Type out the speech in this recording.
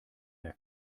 der